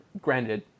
Granted